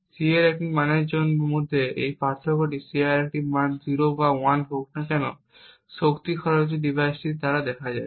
Ci এর একটি মানের মধ্যে এই পার্থক্যটি Ci এর মান 0 বা 1 হোক না কেন শক্তি খরচে ডিভাইস দ্বারা দেখা যায়